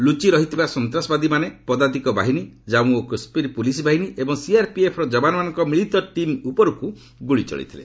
ଲୁଚି ରହିଥିବା ସନ୍ତାସବାଦୀମାନେ ପଦାତିକ ବାହିନୀ କମ୍ମୁ ଓ କାଶୁୀର ପୁଲିସ୍ ଏବଂ ସିଆର୍ପିଏଫ୍ର ଯବାନମାନଙ୍କ ମିଳିତ ଟିମ୍ ଉପରକ୍ତ ଗ୍ରଳି ଚଳାଇଥିଲେ